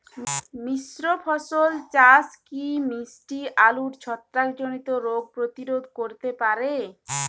মিশ্র ফসল চাষ কি মিষ্টি আলুর ছত্রাকজনিত রোগ প্রতিরোধ করতে পারে?